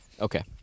Okay